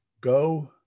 Go